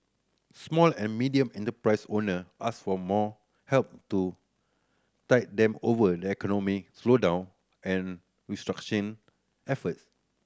small and medium enterprise owner asked for more help to tide them over the economic slowdown and restructuring efforts